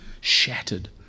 shattered